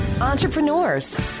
Entrepreneurs